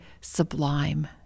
sublime